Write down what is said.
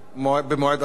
במועד אחר.